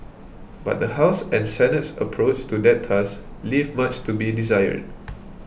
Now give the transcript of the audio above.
but the House and Senate's approach to that task leave much to be desired